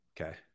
Okay